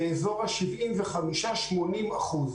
חברת הכנסת פרומן, ביקשת הערה.